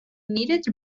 needed